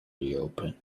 reopen